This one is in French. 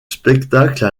spectacle